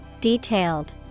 Detailed